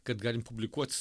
kad galim publikuot